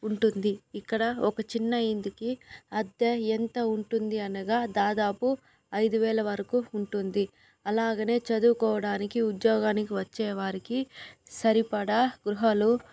ఉంటుంది ఇక్కడ ఒక చిన్న ఇంటికి అద్దె ఎంత ఉంటుంది అనగా దాదాపు ఐదు వేల వరకు ఉంటుంది అలాగనే చదువుకోవడానికి ఉద్యోగానికి వచ్చే వారికి సరిపడా గృహాలు